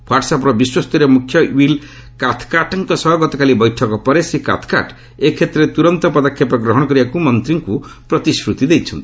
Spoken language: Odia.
ହ୍ୱାଟ୍ୱ ଆପ୍ର ବିଶ୍ୱସ୍ତରୀୟ ମୁଖ୍ୟ ୱିଲ୍ କାଥ୍କାର୍ଟଙ୍କ ସହ ଗତକାଲି ବୈଠକ ସମୟରେ ଶ୍ରୀ କାଥ୍କାର୍ଟ ଏ କ୍ଷେତ୍ରରେ ତୁରନ୍ତ ପଦକ୍ଷେପ ଗ୍ରହଣ କରିବାକୁ ମନ୍ତ୍ରୀଙ୍କୁ ପ୍ରତିଶ୍ରତି ଦେଇଛନ୍ତି